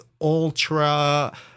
ultra